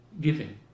giving